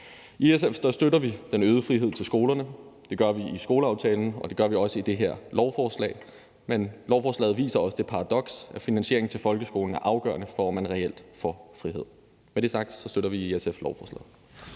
I SF støtter vi den øgede frihed til skolerne. Det gør vi i skoleaftalen, og det gør vi også i det her lovforslag. Men lovforslaget viser også det paradoks, at finansiering til folkeskolen er afgørende for, om man reelt får frihed. Med det sagt, støtter vi i SF lovforslaget.